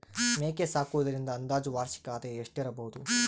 ಮೇಕೆ ಸಾಕುವುದರಿಂದ ಅಂದಾಜು ವಾರ್ಷಿಕ ಆದಾಯ ಎಷ್ಟಿರಬಹುದು?